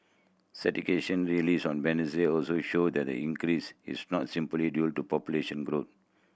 released on Wednesday also showed that the increase is not simply due to population growth